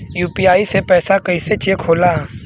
UPI से पैसा कैसे चेक होला?